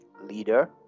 leader